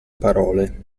parole